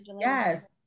yes